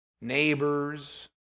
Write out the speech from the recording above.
neighbors